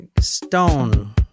Stone